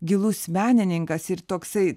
gilus menininkas ir toksai